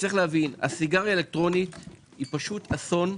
ש להבין - הסיגריה האלקטרונית היא אסון.